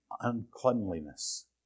uncleanliness